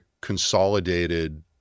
consolidated